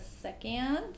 second